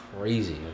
crazy